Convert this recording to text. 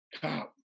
cop